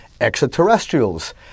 extraterrestrials